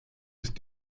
ist